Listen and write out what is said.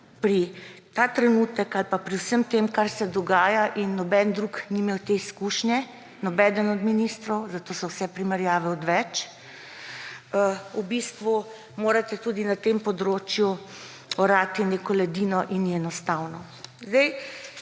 katero mislite, da je pri vsem tem, kar se dogaja … in noben drug ni imel te izkušnje, nobeden od ministrov, zato so vse primerjave odveč. V bistvu morate tudi na tem področju orati neko ledino in ni enostavno.